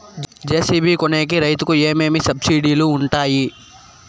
JCB కొనేకి రైతుకు ఏమేమి సబ్సిడి లు వుంటాయి?